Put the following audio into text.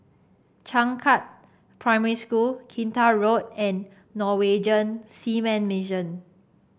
Changkat Primary School Kinta Road and Norwegian Seamen Mission